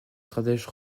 stratège